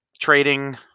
Trading